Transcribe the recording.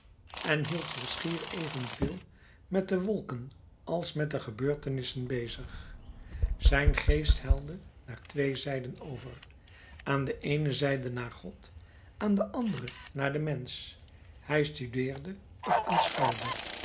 en hield zich schier evenveel met de wolken als met de gebeurtenissen bezig zijn geest helde naar twee zijden over aan de eene zijde naar god aan de andere naar den mensch hij studeerde of